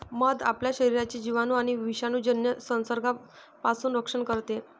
मध आपल्या शरीराचे जिवाणू आणि विषाणूजन्य संसर्गापासून संरक्षण करते